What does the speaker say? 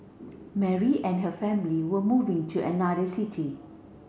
Mary and her family were moving to another city